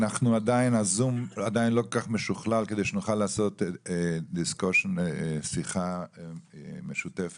הזום עדיין לא מספיק משוכלל כדי שנוכל לעשות שיחה משותפת.